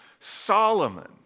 Solomon